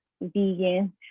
vegan